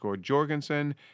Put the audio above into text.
Jorgensen